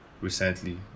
recently